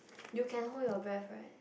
you can hold your breath right